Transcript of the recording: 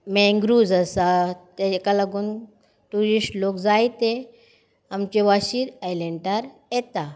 mangroves आसात तेका लागून ट्युरिस्ट लोक जायते आमचे वाशी आयलैंडार येता